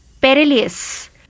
perilous